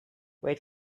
wait